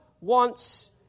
wants